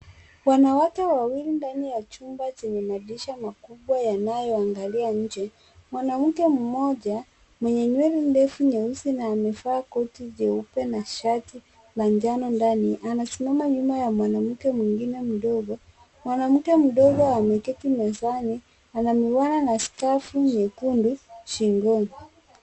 Wanawake wawili ndani ya chumba chenye madirisha makubwa yanayoangalia nje. Mwanamke mmoja mwenye nywele ndefu nyeusi na amevaa koti jeupe na shati la njano ndani; anasimama nyuma ya mwanamke mwingine mdogo. Mwanamke mdogo ameketi mezani ana miwani na skafu nyekundu shingoni.